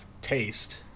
taste